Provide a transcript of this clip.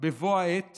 בבוא העת